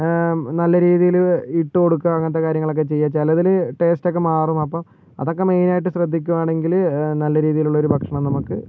നല്ല രീതിയിൽ ഇട്ട് കൊടുക്കുക അങ്ങനത്തെ കാര്യങ്ങളൊക്കെ ചെയ്യുക ചിലതിൽ ടേസ്റ്റൊക്കെ മാറും അപ്പോൾ അതൊക്കെ മെയ്നായിട്ട് ശ്രദ്ധിക്കുകയാണെങ്കിൽ നല്ല രീതിയിലുള്ള ഒരു ഭക്ഷണം നമുക്ക് കിട്ടും